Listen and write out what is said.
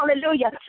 Hallelujah